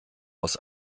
aus